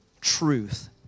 truth